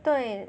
对